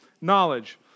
knowledge